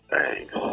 Thanks